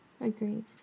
Agreed